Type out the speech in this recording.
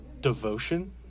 devotion